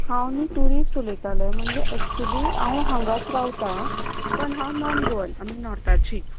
हांव न्ही ट्यूरिश्ट उलयताले म्हणजे ऍक्चूली हांव हांगाच रावतां पण हांव नॉन गोवन आमी नॉर्थाची